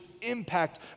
impact